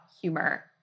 humor